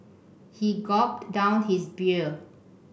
he gulped down his beer